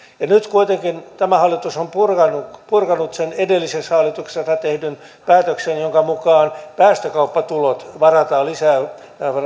nyt kuitenkin tämä hallitus on purkanut purkanut sen edellisessä hallituksessa tehdyn päätöksen jonka mukaan päästökauppatulot varataan lisäyksenä